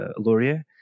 Laurier